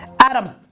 adam,